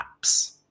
apps